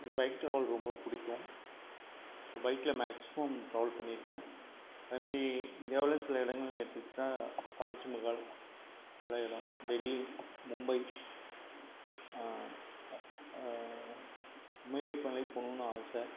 எனக்கு bike travel ரொம்ப பிடிக்கும் ஸோ பைக்கில் மேக்சிமம் ட்ராவல் பண்ணியிருக்கேன் அது மாதிரி இந்தியாவில் சில இடங்கள்ன்னு எடுத்துக்கிட்டால் தாஜ் மஹால் நல்ல இடம் டெல்லி மும்பை மேகமலை போகணுன்னு ஆசை